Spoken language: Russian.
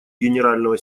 генерального